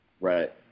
right